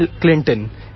Clinton